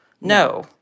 no